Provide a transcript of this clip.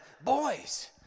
boys